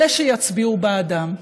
אלה שיצביעו בעדם.